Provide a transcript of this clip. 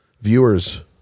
viewers